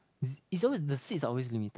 is is always the sit are always limited